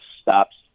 stops